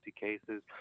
cases